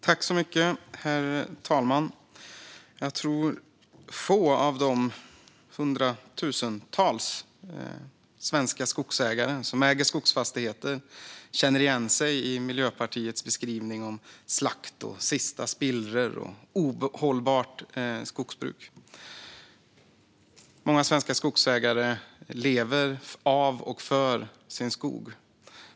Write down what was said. Herr talman! Jag tror att få av de hundratusentals svenska ägarna av skogsfastigheter känner igen sig i Miljöpartiets beskrivning av "slakt", "de sista spillrorna" och "vårt ohållbara skogsbruk". Många svenska skogsägare lever av och för sin skog.